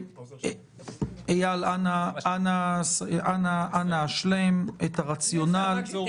איל, אנא השלם את הרציונל.